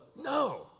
No